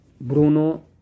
Bruno